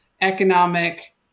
economic